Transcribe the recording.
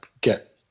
get